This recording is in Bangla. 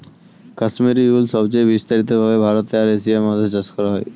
কাশ্মীরি উল সবচেয়ে বিস্তারিত ভাবে ভারতে আর এশিয়া মহাদেশে চাষ করা হয়